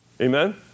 Amen